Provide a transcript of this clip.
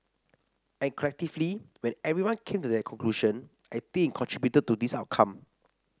and collectively when everyone came to that conclusion I think it contributed to this outcome